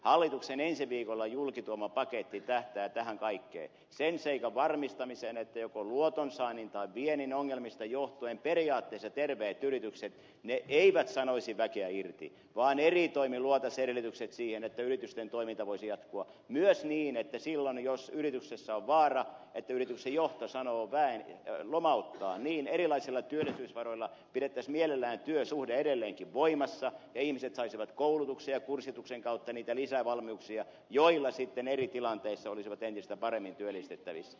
hallituksen ensi viikolla julkituoma paketti tähtää tähän kaikkeen sen seikan varmistamiseen että periaatteessa terveet yritykset eivät joko luotonsaannin tai viennin ongelmista johtuen periaatteensa terveet yritykset ne eivät sanoisi väkeä irti vaan eri toimin luotaisiin edellytykset siihen että yritysten toiminta voisi jatkua myös niin että silloin jos yrityksessä on vaara että yrityksen johto lomauttaa erilaisilla työllisyysvaroilla pidettäisiin mielellään työsuhde edelleenkin voimassa ja ihmiset saisivat koulutuksen ja kurssituksen kautta niitä lisävalmiuksia joilla sitten eri tilanteissa olisivat entistä paremmin työllistettävissä